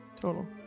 total